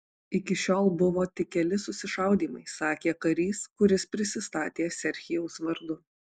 iki šiol buvo tik keli susišaudymai sakė karys kuris prisistatė serhijaus vardu